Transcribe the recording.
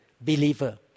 believer